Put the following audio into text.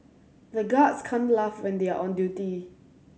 the guards can't laugh when they are on duty